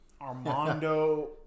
Armando